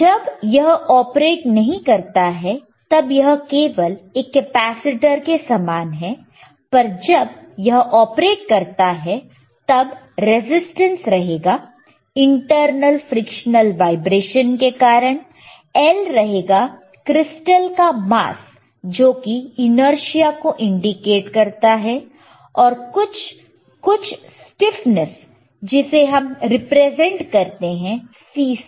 जब यह ऑपरेट नहीं करता है तब यह केवल एक कैपेसिटर के समान है पर जब यह ऑपरेट करता है तब रेजिस्टेंस रहेगा इंटरनल फ्रिक्शनल वाइब्रेशन के कारण L रहेगा क्रिस्टल का मास जोकि इनअर्शिया को इंडिकेट करता है और कुछ स्टीफनेस जिसे हम रिप्रेजेंट करते हैं C से